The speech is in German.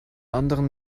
anderen